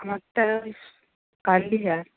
আমারটা curly hair